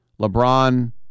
LeBron